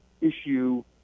issue